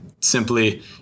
simply